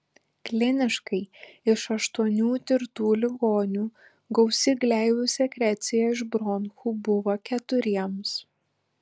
kliniškai iš aštuonių tirtų ligonių gausi gleivių sekrecija iš bronchų buvo keturiems